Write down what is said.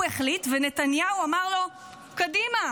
הוא החליט ונתניהו אמר לו: קדימה,